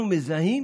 אנחנו מזהים